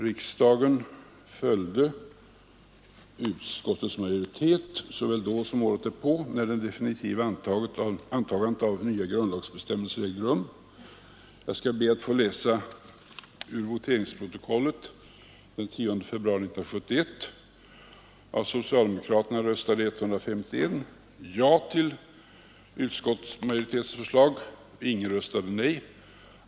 Riksdagen följde utskottets majoritet såväl då som året därpå, när det definitiva antagandet av nya grundlagsbestämmelser ägde rum. Jag skall be att få läsa ur voteringsprotokollet den 10 februari 1971. Av socialdemokraterna röstade 151 ja till utskottsmajoritetens förslag, ingen röstade nej.